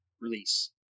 release